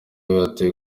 batoye